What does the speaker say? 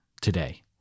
today